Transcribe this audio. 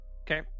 okay